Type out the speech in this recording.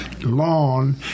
lawn